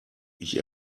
ich